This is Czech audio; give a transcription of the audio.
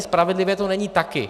Spravedlivé to není taky.